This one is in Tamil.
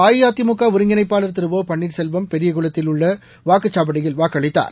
அஇஅதிமுக ஒருங்கிணைப்பாளர் திரு ஒ பள்ளீர்செல்வம் பெரியகுளத்தில் உள்ள வாக்குச்சாவடியில் வாக்களித்தார்